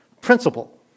principle